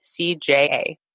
CJA